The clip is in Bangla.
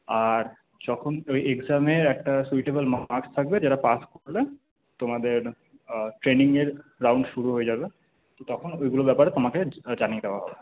আর যখন এক্সামে একটা সুইটেবেল মার্কস থাকবে যারা পাস করবে তোমাদের ট্রেনিংয়ের রাউন্ড শুরু হয়ে যাবে তো তখন ওইগুলো ব্যাপারে তোমাকে জানিয়ে দেওয়া হবে